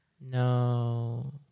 No